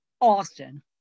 Austin